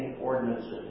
ordinances